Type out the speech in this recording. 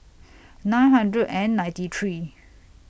nine hundred and ninety three